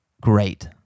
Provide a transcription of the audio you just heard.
great